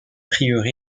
prieuré